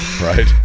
Right